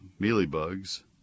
mealybugs